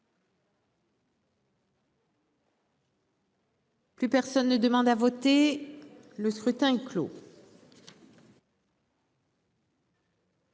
Plus personne ne demande à voter Le scrutin clos.